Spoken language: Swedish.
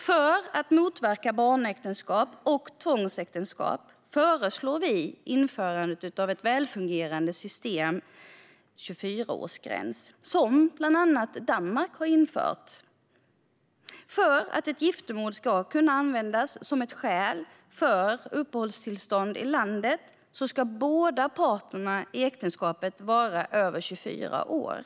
För att motverka barnäktenskap och tvångsäktenskap föreslår vi införande av ett välfungerande system med en 24-årsgräns, som bland annat Danmark har infört. För att giftermål ska kunna användas som ett skäl för uppehållstillstånd i landet ska båda parterna i äktenskapet vara över 24 år.